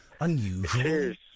unusual